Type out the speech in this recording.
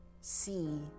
see